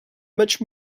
much